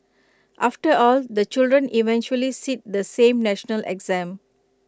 after all the children eventually sit the same national exam